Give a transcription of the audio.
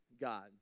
God